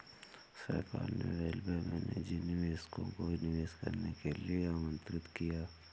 सरकार ने रेलवे में निजी निवेशकों को निवेश करने के लिए आमंत्रित किया